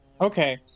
Okay